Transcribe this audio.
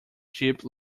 jip